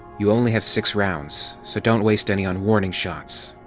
you only have six rounds, so don't waste any on warning shots.